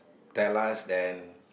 tell us then